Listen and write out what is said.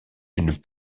une